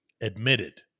admitted